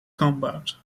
compound